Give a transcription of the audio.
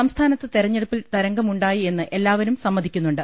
സംസ്ഥാനത്ത് തെരഞ്ഞെടുപ്പിൽ തരംഗമുണ്ടായി എന്ന് എല്ലാവരും സമ്മതിക്കുന്നുണ്ട്